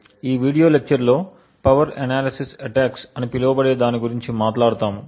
ఈ video lecture లో power analysis attacks అని పిలువబడే దాని గురించి మాట్లాడుతాము